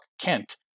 Kent